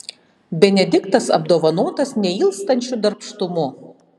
benediktas apdovanotas neilstančiu darbštumu